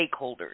stakeholders